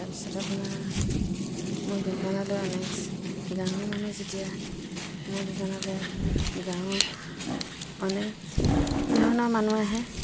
তাৰপিছত আপোনাৰ মোৰ দোকানলৈ অনেক গাঁৱৰ মানুহ যেতিয়া মোৰ দোকানলৈ গাঁৱৰ অনেক ধৰণৰ মানুহ আহে